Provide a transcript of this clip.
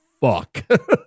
fuck